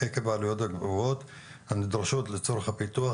עקב העלויות הגבוהות הנדרשות לצורך הפיתוח,